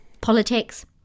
politics